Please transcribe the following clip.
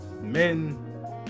men